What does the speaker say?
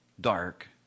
dark